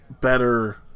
better